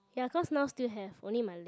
ya cause now still have only my leg